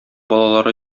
балалары